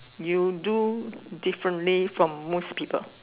you do differently from most people